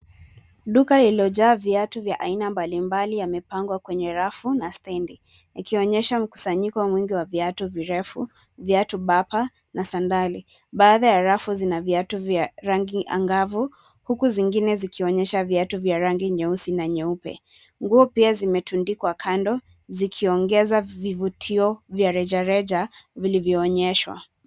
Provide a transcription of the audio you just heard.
Duka lililo jaa viatu vya aina mbalimbali yamepangwa kwenye rafu na stendi ikionyesha mkusanyiko mwingi wa viatu virefu, viatu bapa na sandali. Baadhi ya rafu zina viatu vya rangi angavu huku zingine zikionyesha viatu vya rangi nyeusi na nyeupe. Nguo pia zimetundikwa kando zikiongeza vivutio vya reja reja vilivyo onyeshwa.